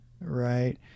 Right